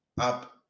up